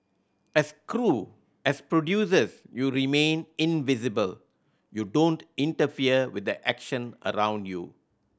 as crew as producers you remain invisible you don't interfere with the action around you